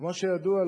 כמו שידוע,